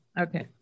Okay